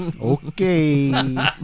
Okay